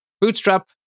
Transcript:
Bootstrap